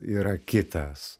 yra kitas